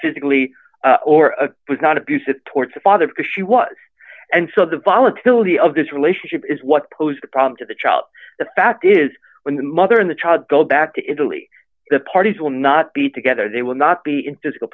physically or was not abusive towards the father because she was and so the volatility of this relationship is what poses a problem to the child the fact is when the mother in the child go back to italy the parties will not be together they will not be in physical